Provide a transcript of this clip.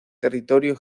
territorio